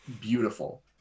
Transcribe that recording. beautiful